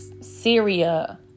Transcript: Syria